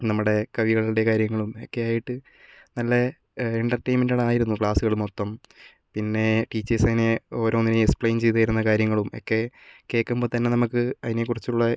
നമ്മുടെ കവികളുടെ കാര്യങ്ങളും ഒക്കെ ആയിട്ട് നല്ലെ എൻ്റർടൈൻമെൻ്റഡായിരുന്നു ക്ലാസ്സുകൾ മൊത്തം പിന്നെ ടീച്ചേഴ്സിനെ ഓരോന്നിനെയും എക്സ്പ്ലയിൻ ചെയ്തു തരുന്ന കാര്യങ്ങളും ഒക്കെ കേൾക്കുമ്പോൾ തന്നെ നമ്മൾക്ക് അതിനെക്കുറിച്ചുള്ള